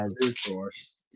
resource